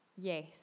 Yes